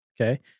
okay